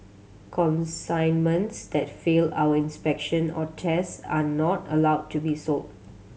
consignments that fail our inspection or test are not allowed to be sold